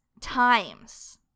times